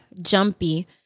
jumpy